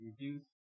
Reduce